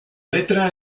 letra